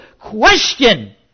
question